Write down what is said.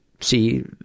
see